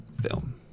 film